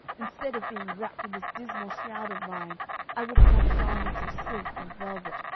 instead of being wrapped in this dismal shroud of mine i would have had garments of silk and velvet,